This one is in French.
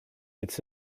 est